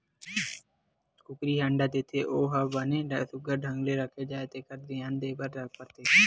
कुकरी ह अंडा देथे ओ ह बने सुग्घर ढंग ले रखा जाए तेखर धियान देबर परथे